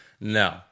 No